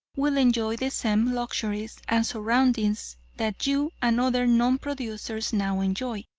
will enjoy the same luxuries and surroundings that you and other non-producers now enjoy.